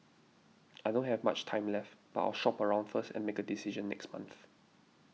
I don't have much time left but I'll shop around first and make a decision next month